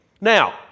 Now